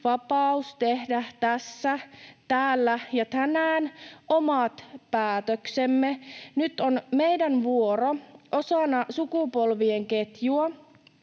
vapaus tehdä tässä, täällä ja tänään omat päätöksemme. Nyt on meidän vuoromme osana sukupolvien ketjua